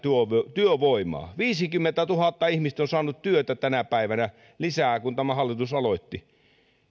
työvoimaa viisikymmentätuhatta ihmistä lisää on saanut työtä tänä päivänä siitä kun tämä hallitus aloitti